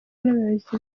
n’abayobozi